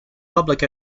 public